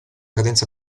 cadenza